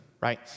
right